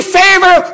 favor